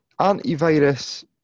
antivirus